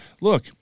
look